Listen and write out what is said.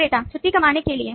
विक्रेता छुट्टी कमाने के लिए